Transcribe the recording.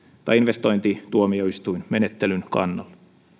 investointituomioistuinmenettelyn kannalla